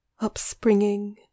upspringing